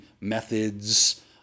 methods